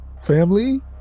family